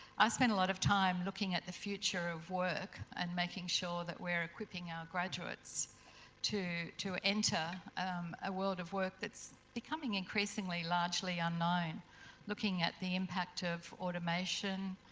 i spend a lot of time looking at the future of work and making sure that we're equipping our graduates to to enter a world of work that's becoming increasingly largely unknown looking at the impact of automation,